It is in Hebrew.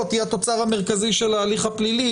היא התוצר המרכזי של ההליך הפלילי,